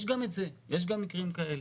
יש גם את זה ויש גם מקרים כאלה.